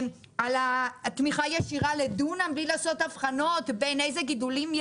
שמדברת על תמיכה ישירה לדונם בלי לעשות הבחנות בין סוגי הגידולים,